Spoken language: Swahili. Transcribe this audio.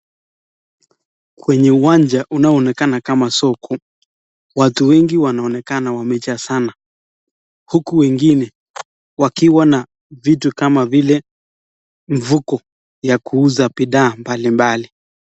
Kwenye uwanja unaoonekana kama soko watu wengi wanonekana kuwa wamejazana huku wengine wakiwa na vitu kama vile mfuko ya kuuza bidhaa mbali mbali.